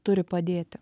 turi padėti